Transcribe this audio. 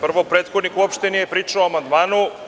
Prvo, prethodnik uopšte nije pričao o amandmanu.